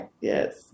Yes